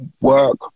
work